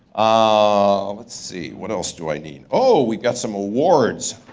ah let's see, what else do i need? oh, we got some awards.